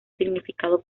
significado